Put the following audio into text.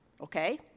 okay